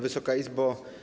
Wysoka Izbo!